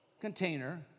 container